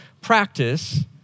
practice